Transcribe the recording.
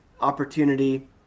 opportunity